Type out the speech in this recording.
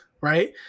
right